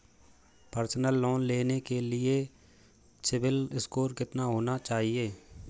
Personal loan लेने के लिए सिबिल स्कोर कितना होना चाहिए?